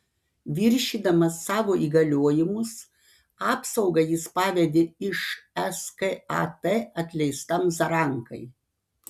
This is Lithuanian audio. viršydamas savo įgaliojimus apsaugą jis pavedė iš skat atleistam zarankai